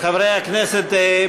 חברי הכנסת,